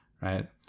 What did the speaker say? right